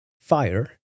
fire